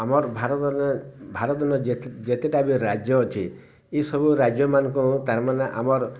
ଆମର୍ ଭାରତ୍ ନେ ଭାରତ୍ ନେ ଯେତେଟା ବି ରାଜ୍ୟ ଅଛେ ଇସବୁ ରାଜ୍ୟମାନଙ୍କ ତାର୍ମାନେ ଆମର୍